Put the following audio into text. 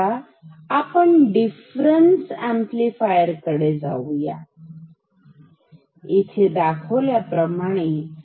आता आपण difference amplifier कडे जाऊया इथे दाखवल्यायाप्रमाणें